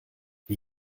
wie